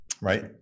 right